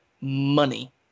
money